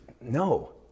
No